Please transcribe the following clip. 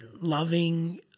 loving